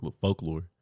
folklore